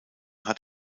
hat